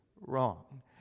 wrong